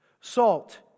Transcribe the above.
Salt